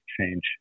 change